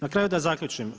Na kraju da zaključim.